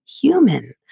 human